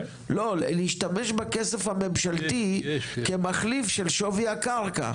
להשתמש בכסף הממשלתי כמחליף של שווי הקרקע.